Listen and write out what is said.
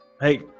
Hey